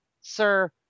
sir